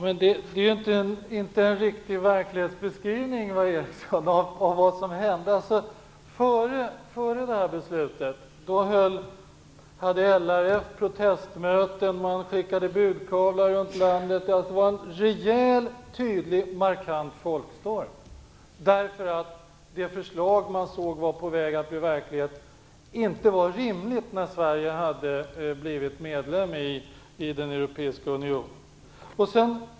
Herr talman! Ingvar Eriksson gör inte en riktig verklighetsbeskrivning av vad som hände. Före detta beslut hade LRF protestmöten, skickade budkavlar runt landet, och det var en rejäl och tydlig folkstorm därför att det förslag som man såg var på väg att bli verklighet inte var rimligt när Sverige hade blivit medlem i den europeiska unionen.